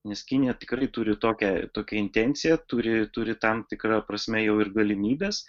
nes kinija tikrai turi tokią tokią intenciją turi turi tam tikra prasme jau ir galimybes